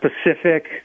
specific